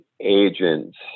agents